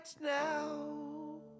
now